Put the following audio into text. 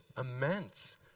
immense